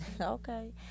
okay